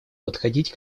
подходить